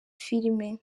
filime